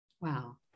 Wow